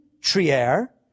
Trier